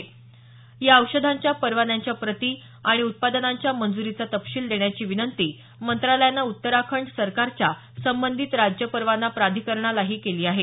तसंच या औषधांच्या परवान्यांच्या प्रती आणि उत्पादनांच्या मंजुरीचा तपशील देण्याची विनंती मंत्रालयानं उत्तराखंड सरकारच्या संबंधित राज्य परवाना प्राधिकरणालाही केली आहे